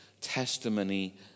testimony